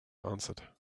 answered